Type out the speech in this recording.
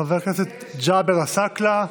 חבר הכנסת ג'אבר עסאקלה,